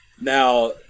Now